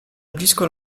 blisko